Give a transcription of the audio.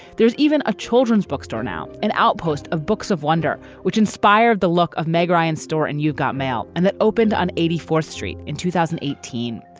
there's even a children's bookstore now, an outpost of books of wonder, which inspired the look of meg ryan store. and you got mail. and that opened on eighty four street in two thousand and eighteen.